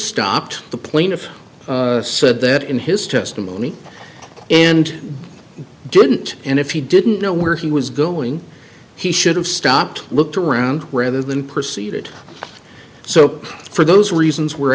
stopped the plaintiff said that in his testimony and didn't and if he didn't know where he was going he should have stopped looked around rather than proceeded so for those reasons we're